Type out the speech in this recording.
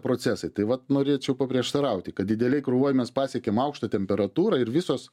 procesai tai vat norėčiau paprieštarauti kad didelėj krūvoj mes pasiekiam aukštą temperatūrą ir visos